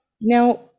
Now